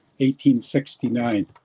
1869